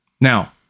Now